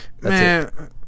Man